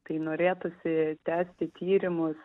tai norėtųsi tęsti tyrimus